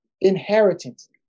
inheritance